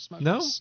No